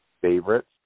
favorites